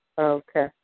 Okay